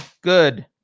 Good